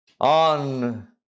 on